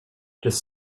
just